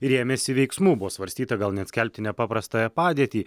ir ėmėsi veiksmų buvo svarstyta gal net skelbti nepaprastąją padėtį